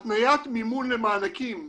התניית מימון למענקים